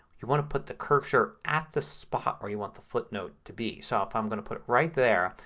you want to put the cursor at the spot where you want the footnote to be. so i'm going to put it right there.